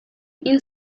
این